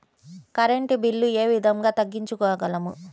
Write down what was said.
Current bill ఏ విధంగా తగ్గించుకోగలము?